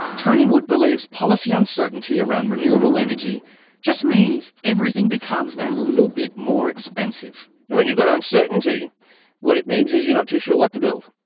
tony wood believes policy uncertainty around renewable energy just means everything becomes that little bit more expensive. now when you've got uncertainty what it means is you're not too sure what to build.